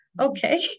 okay